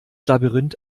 labyrinth